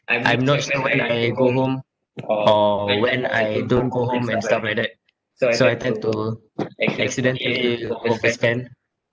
I'm not sure when I go home or when I don't go home and stuff like that so I tend to accidentally overspend